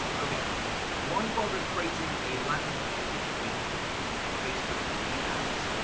okay why bother creating a landing page when you can use facebook lead ads?